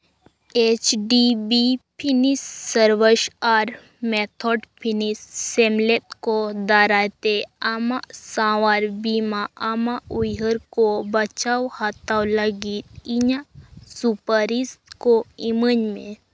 H D B finance ᱥᱟᱨᱵᱷᱟᱨ ᱟᱨ methods finance ᱥᱮᱢᱞᱮᱫ ᱠᱚ ᱫᱟᱨᱟᱭ ᱛᱮ ᱟᱢᱟᱜ ᱥᱟᱶᱟᱨ ᱵᱤᱢᱟ ᱟᱢᱟᱜ ᱩᱭᱦᱟᱹᱨ ᱠᱚ ᱵᱟᱪᱷᱟᱣ ᱦᱟᱛᱟᱣ ᱞᱟᱹᱜᱤᱫ ᱤᱧᱟᱹᱜ ᱥᱩᱯᱟᱨᱤᱥ ᱠᱚ ᱤᱢᱟᱹᱧ ᱢᱮ